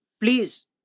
please